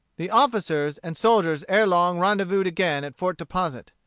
the officers and soldiers ere long rendezvoused again at fort deposit.